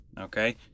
okay